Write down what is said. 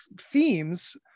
themes